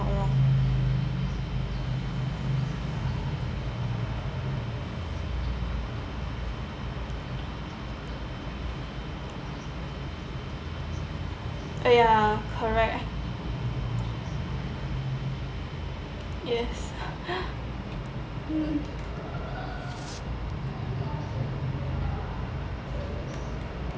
wrong ya correct yes mm